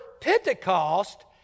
Pentecost